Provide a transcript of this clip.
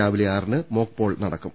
രാവിലെ ആറിന് മോക്ക്പോൾ നടക്കും